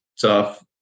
tough